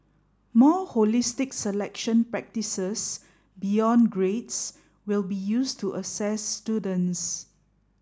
more holistic selection practices beyond grades will be used to assess students